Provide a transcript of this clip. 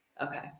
Okay